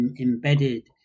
embedded